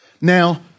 Now